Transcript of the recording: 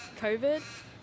COVID